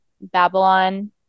babylon